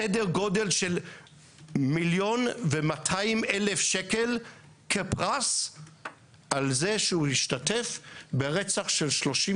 סדר גודל של מיליון ו-200,000 שקל כפרס על זה שהוא השתתף ברצח של 17